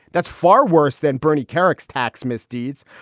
that's far worse than bernie kerik's tax misdeeds.